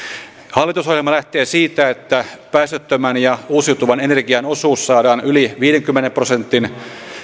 hallitusohjelma lähtee siitä että päästöttömän ja uusiutuvan energian osuus saadaan yli viidenkymmenen prosentin